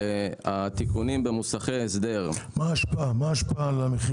התיקונים במוסכי הסדר --- מה ההשפעה על המחיר?